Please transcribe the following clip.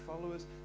followers